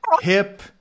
hip